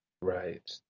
Right